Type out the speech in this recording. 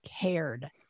cared